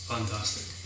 Fantastic